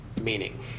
meaning